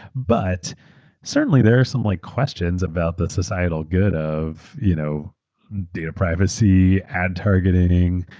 but certainly there are some like questions about the societal good of you know data privacy, ad targeting,